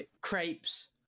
crepes